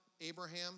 Abraham